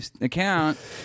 account